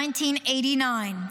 1989,